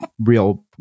real